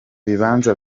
bibanza